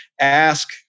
ask